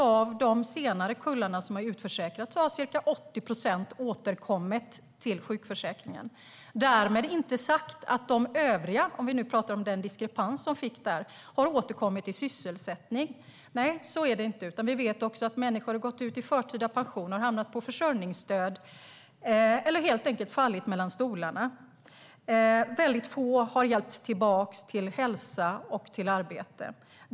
Av de senare kullarna som har utförsäkrats har ca 80 procent återkommit till sjukförsäkringen. Därmed inte sagt att de övriga - nu talar vi om den diskrepans som finns där - har återkommit i sysselsättning. Nej, så är det inte, utan vi vet att människor också har gått ut i förtida pension, hamnat i försörjningsstöd eller helt enkelt fallit mellan stolarna. Väldigt få har hjälpts tillbaka till hälsa och till arbete.